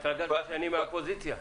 אני מהאופוזיציה?